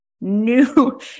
new